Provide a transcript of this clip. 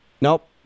Nope